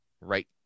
right